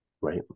Right